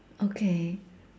okay